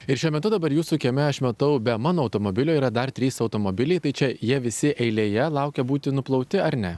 ir šiuo metu dabar jūsų kieme aš matau be mano automobilio yra dar trys automobiliai tai čia jie visi eilėje laukia būti nuplauti ar ne